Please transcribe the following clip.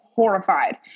Horrified